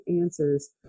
answers